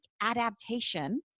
adaptation